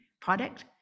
product